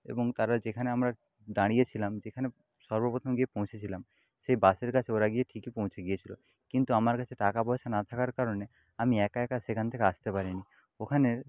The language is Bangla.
এবং তারা যেখানে আমরা দাঁড়িয়ে ছিলাম যেখানে সর্বপ্রথম গিয়ে পৌঁছেছিলাম সেই বাসের কাছে ওরা গিয়ে ঠিকই পৌঁছে গিয়েছিলো কিন্তু আমার কাছে টাকা পয়সা না থাকার কারণে আমি একা একা সেখান থেকে আসতে পারি নি ওখানে